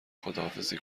خداحافظی